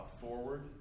forward